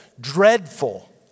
dreadful